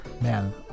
Man